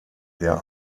der